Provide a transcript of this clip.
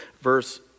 verse